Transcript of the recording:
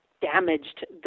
damaged